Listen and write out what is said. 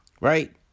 Right